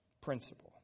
principle